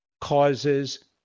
causes